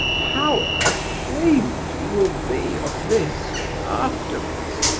how ashamed you will be of this afterwards!